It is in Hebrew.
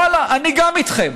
ואללה, אני גם איתכם.